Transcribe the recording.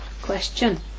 Question